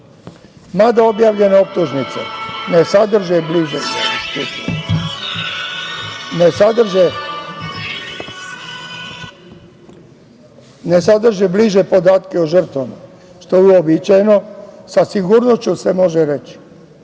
objavljene optužnice ne sadrže bliže podatke o žrtava, što je uobičajeno, sa sigurnošću se može reći